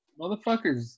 Motherfuckers